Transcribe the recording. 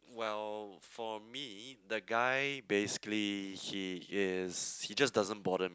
well for me the guy basically he is he just doesn't bother me